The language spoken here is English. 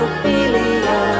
Ophelia